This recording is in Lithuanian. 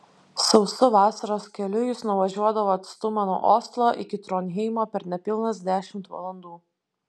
sausu vasaros keliu jis nuvažiuodavo atstumą nuo oslo iki tronheimo per nepilnas dešimt valandų